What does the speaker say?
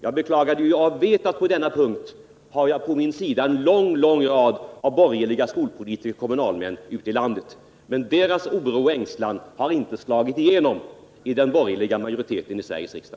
Jag vet att jag därvid har med mig en lång rad av borgerliga skolpolitiker och kommunalmän ute i landet. Men deras oro och ängslan har inte slagit igenom hos den borgerliga majoriteten i Sveriges riksdag.